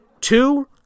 two